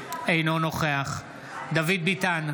אינו נוכח דוד ביטן,